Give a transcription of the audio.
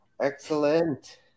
Excellent